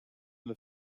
the